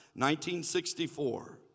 1964